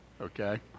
Okay